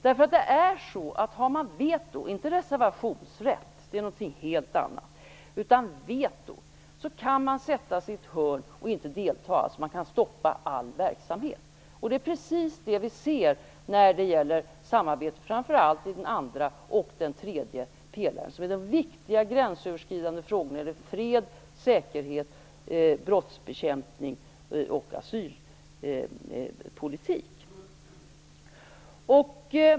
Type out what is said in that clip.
Har man veto - inte reservationsrätt, för det är något helt annat - kan man sätta sig i ett hörn och välja att inte delta. Man kan alltså stoppa all verksamhet. Det är precis vad vi ser i samarbetet i framför allt den andra och den tredje pelaren. Det gäller alltså de viktiga gränsöverskridande frågorna - fred, säkerhet, brottsbekämpning och asylpolitik.